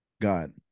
God